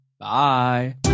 Bye